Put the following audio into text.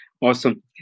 awesome